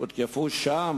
והותקפו שם,